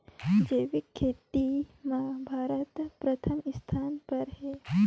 जैविक खेती म भारत प्रथम स्थान पर हे